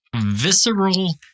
visceral